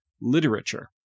literature